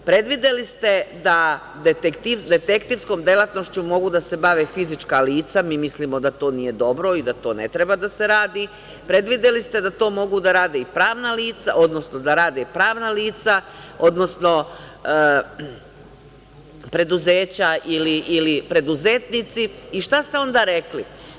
Predvideli ste da detektivskom delatnošću mogu da se bave fizička lica, mi mislimo da to nije dobro i da to ne treba da se radi, predvideli ste da to mogu i pravna lica, odnosno preduzeća ili preduzetnici i šta ste onda rekli?